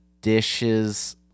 dishes